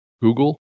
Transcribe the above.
Google